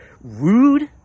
rude